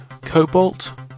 Cobalt